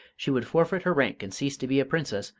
she would forfeit her rank and cease to be a princess,